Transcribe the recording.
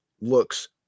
looks